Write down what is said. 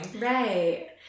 Right